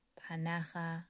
Panacha